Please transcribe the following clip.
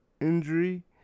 injury